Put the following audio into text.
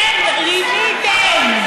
אתם רימיתם.